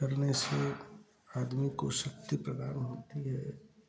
करने से आदमी को शक्ति प्रदान होती है